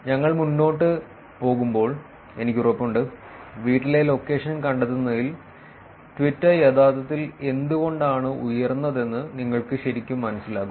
ഞങ്ങൾ മുന്നോട്ട് പോകുമ്പോൾ എനിക്ക് ഉറപ്പുണ്ട് വീട്ടിലെ ലൊക്കേഷൻ കണ്ടെത്തുന്നതിൽ ട്വിറ്റർ യഥാർത്ഥത്തിൽ എന്തുകൊണ്ടാണ് ഉയർന്നതെന്ന് നിങ്ങൾക്ക് ശരിക്കും മനസ്സിലാകും